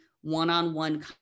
one-on-one